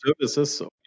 services